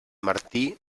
martí